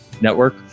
Network